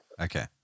Okay